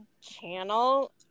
channel